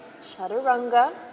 chaturanga